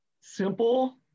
simple